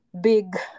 big